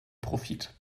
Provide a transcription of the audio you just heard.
profit